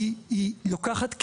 כי היא לוקחת כסף,